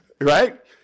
Right